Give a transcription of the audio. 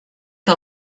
que